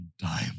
time